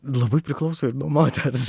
labai priklauso ir nuo moters